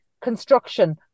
construction